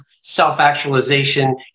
self-actualization